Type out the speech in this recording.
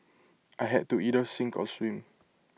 I had to either sink or swim